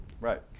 right